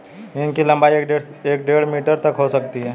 हींग की लंबाई एक से डेढ़ मीटर तक हो सकती है